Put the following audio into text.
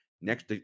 Next